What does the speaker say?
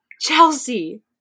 Chelsea